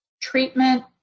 treatment